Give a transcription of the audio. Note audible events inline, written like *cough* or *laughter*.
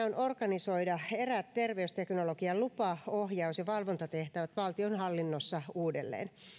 *unintelligible* on organisoida eräät terveysteknologian lupa ohjaus ja valvontatehtävät valtionhallinnossa uudelleen